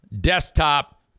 desktop